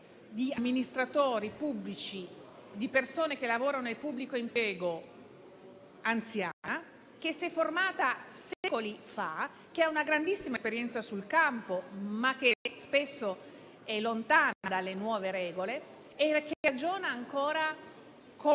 di amministratori pubblici e persone che lavorano nel pubblico impiego anziana, che si è formata secoli fa, che ha una grandissima esperienza sul campo, ma che spesso è lontana dalle nuove regole e ragiona ancora come